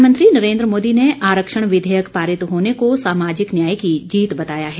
प्रधानमंत्री नरेन्द्र मोदी ने आरक्षण विधेयक पारित होने को सामाजिक न्याय की जीत बताया है